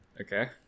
Okay